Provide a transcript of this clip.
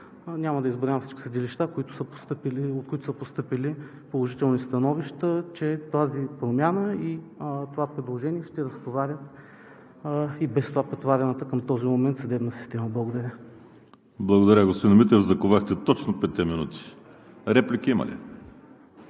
Няма да изброявам всички съдилища, от които са постъпили положителни становища, че тази промяна и това предложение ще разтовари и без това претоварената към този момент съдебна система. Благодаря. ПРЕДСЕДАТЕЛ ВАЛЕРИ СИМЕОНОВ: Благодаря, господин Митев, заковахте точно петте минути. Реплики има ли?